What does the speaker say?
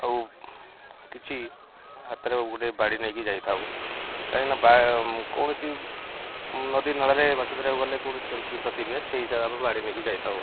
ଆଉ କିଛି ହାତରେ ଗୋଟେ ବାଡ଼ି ନେଇକି ଯାଇଥାଉ କାହିଁକି ନା କୌଣସି ନଦୀ ନାଳରେ ମାଛ ଧରିବାକୁ ଗଲେ କୌଣସି ଜନ୍ତୁଜନ୍ତା ଥିବେ ସେହି ହିସାବ ବାଡ଼ି ନେଇକି ଯାଇଥାଉ